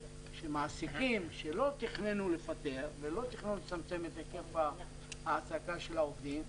שמעסיקים שלא תכננו לפטר ולא תכננו לצמצם את היקף ההעסקה של העובדים,